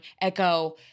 Echo